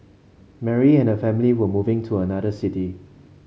Mary and her family were moving to another city